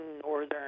northern